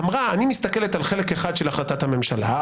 היא אמרה: אני מסתכלת על חלק אחד של החלטת הממשלה,